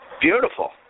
Beautiful